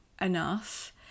enough